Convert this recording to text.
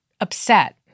upset